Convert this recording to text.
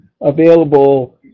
available